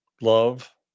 Love